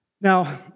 Now